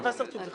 מה